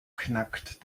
knackt